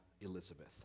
Elizabeth